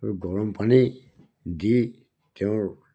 গৰম পানী দি তেওঁৰ